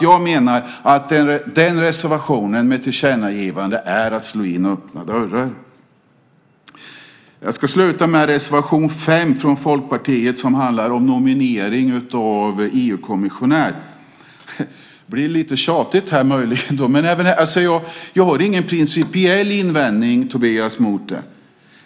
Jag menar att den reservationen, om ett tillkännagivande, är att slå in öppna dörrar. Jag ska sluta med reservation 5 från Folkpartiet som handlar om nominering av EU-kommissionär. Det blir möjligen lite tjatigt. Jag har ingen principiell invändning mot den, Tobias.